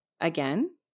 again